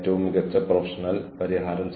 ഐഐടിയിൽ നിന്ന് സർട്ടിഫിക്കറ്റ് ലഭിക്കും